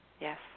Yes